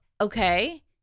okay